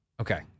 Okay